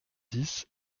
dix